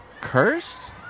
cursed